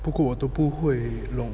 不过我都不会弄